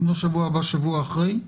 ואם לא בשבוע הבא, בשבוע אחרי.